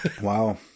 Wow